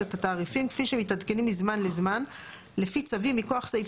את התעריפים כפי שמתעדכנים מזמן לזמן לפי צווים מכוח סעיף